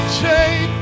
chain